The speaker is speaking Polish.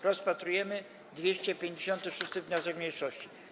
Rozpatrujemy 256. wniosek mniejszości.